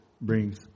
brings